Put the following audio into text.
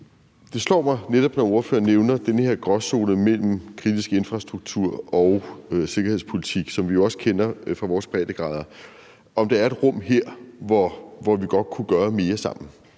Det slår mig, netop når fru Aaja Chemnitz nævner den her gråzone mellem kritisk infrastruktur og sikkerhedspolitik, som vi jo også kender fra vores breddegrader, at der er et rum her, hvor vi godt kunne gøre mere sammen.